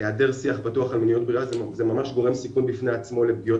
היעדר שיח פתוח על מיניות בריאה זה ממש גורם סיכון בפני עצמו לפגיעות